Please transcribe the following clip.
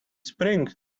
spring